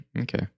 Okay